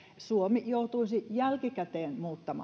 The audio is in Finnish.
suomi joutuisi jälkikäteen